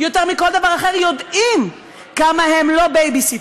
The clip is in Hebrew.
ויותר מכל דבר אחר יודעים כמה הם לא בייביסיטר,